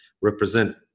represent